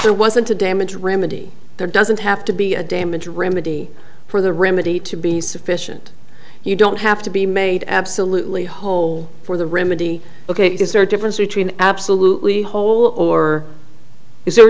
there wasn't a damage remedy there doesn't have to be a damage remedy for the remedy to be sufficient you don't have to be made absolutely whole for the remedy ok is there a difference between absolutely whole or is there a